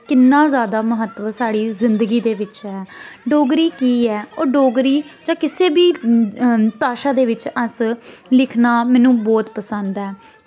किन्ना जादा महत्व साढ़ी जिन्दगी दे बिच्च ऐ डोगरी की ऐ ओह् डोगरी जां किसे बी भाशा दे बिच्च अस लिखना मेनू बौह्त पसंद ऐ